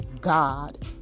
God